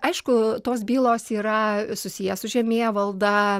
aišku tos bylos yra susiję su žemėvaldą